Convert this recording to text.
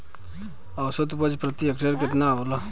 औसत उपज प्रति हेक्टेयर केतना होला?